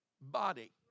body